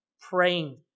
praying